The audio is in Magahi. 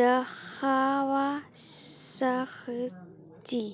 दखवा सखछी